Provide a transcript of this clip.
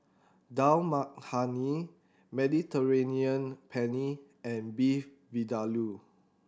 Dal Makhani Mediterranean Penne and Beef Vindaloo